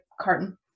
carton